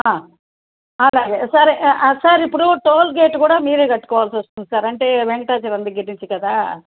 అలాగే సరే సార్ ఇప్పుడు టోల్గేటు కూడా మీరే కట్టుకోవాల్సొస్తుంది సార్ అంటే వెంకటాచలం దగ్గిర నుంచి కదా